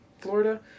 Florida